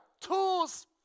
tools